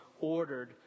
ordered